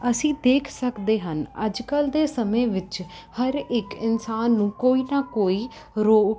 ਅਸੀਂ ਦੇਖ ਸਕਦੇ ਹਨ ਅੱਜ ਕੱਲ੍ਹ ਦੇ ਸਮੇਂ ਵਿੱਚ ਹਰ ਇੱਕ ਇਨਸਾਨ ਨੂੰ ਕੋਈ ਨਾ ਕੋਈ ਰੋਗ